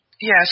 Yes